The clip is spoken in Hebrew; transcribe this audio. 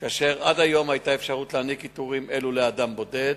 כאשר עד היום היתה אפשרות להעניק עיטורים אלו לאדם בודד,